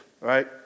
right